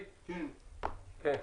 בבקשה.